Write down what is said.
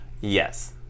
Yes